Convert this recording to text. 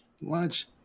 watch